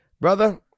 brother